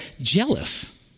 jealous